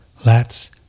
lats